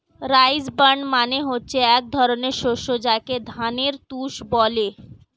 rice bran মানে হচ্ছে এক ধরনের শস্য যাকে ধানের তুষ বলে